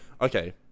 Okay